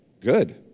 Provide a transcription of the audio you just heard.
Good